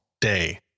day